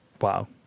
Wow